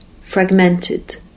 fragmented